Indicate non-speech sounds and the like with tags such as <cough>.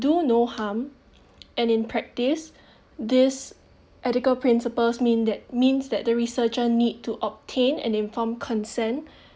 do no harm and in practice this ethical principles mean that means that the researcher need to obtain an informed consent <breath>